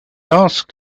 asked